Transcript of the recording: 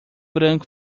branco